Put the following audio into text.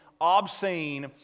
obscene